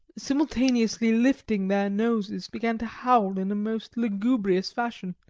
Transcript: simultaneously lifting their noses, began to howl in most lugubrious fashion.